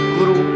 Guru